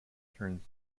turns